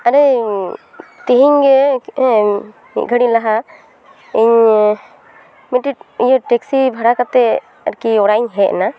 ᱟᱞᱮᱭᱤᱡ ᱛᱤᱦᱤᱧ ᱜᱮ ᱦᱮᱸ ᱢᱤᱫ ᱜᱷᱟᱹᱲᱤᱡ ᱞᱟᱦᱟ ᱤᱧ ᱢᱤᱫᱴᱮᱱ ᱤᱭᱟᱹ ᱴᱮᱠᱥᱤ ᱵᱷᱟᱲᱟ ᱠᱟᱛᱮ ᱟᱨᱠᱤ ᱚᱲᱟᱜ ᱤᱧ ᱦᱮᱡ ᱮᱱᱟ